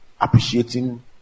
Appreciating